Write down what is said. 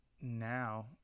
now